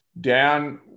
Dan